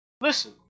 Listen